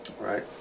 Right